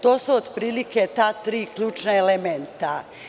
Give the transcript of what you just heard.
To su otprilike ta tri ključna elementa.